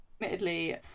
admittedly